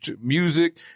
music